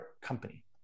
company